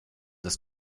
dass